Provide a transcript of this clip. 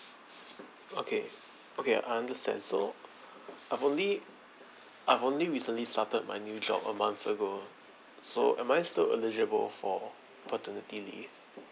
okay okay I understand so I've only I've only recently started my new job a month ago so am I still eligible for paternity leave